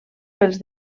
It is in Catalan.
pels